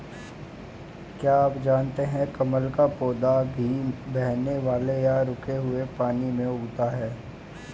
क्या आप जानते है कमल का पौधा धीमे बहने वाले या रुके हुए पानी में उगता है?